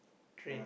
train